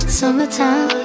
summertime